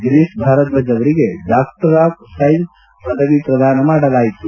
ಗಿರೀಶ್ ಭಾರದ್ವಾಜ್ ಅವರಿಗೆ doctor of ಸ್ಟನ್ ಪದವಿ ಪ್ರದಾನ ಮಾಡಲಾಯಿತು